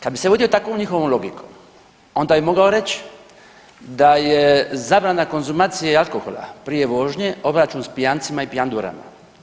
Kada bi se vodio takvom njihovom logikom onda bi morao reć da je zabrana konzumacije alkohola prije vožnje obračun s pijancima i pijandurama.